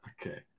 okay